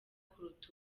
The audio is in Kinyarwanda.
kuruta